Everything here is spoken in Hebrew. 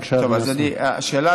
בבקשה, אדוני השר.